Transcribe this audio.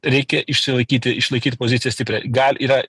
reikia išsilaikyti išlaikyt poziciją sitprią gal yra